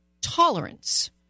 tolerance